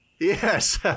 Yes